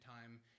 time